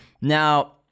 Now